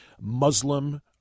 Muslim